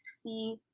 see